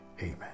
Amen